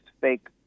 fake